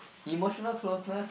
emotional closeness